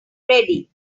ready